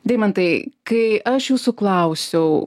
deimantai kai aš jūsų klausiau